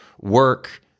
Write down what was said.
work